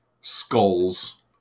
skulls